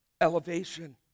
Elevation